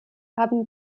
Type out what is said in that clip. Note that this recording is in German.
haben